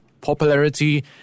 popularity